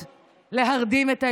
תקשיבו, אני אומר